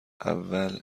اول